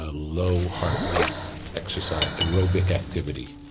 ah low heart rate exercise, aerobic activity,